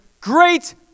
great